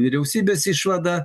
vyriausybės išvada